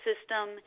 system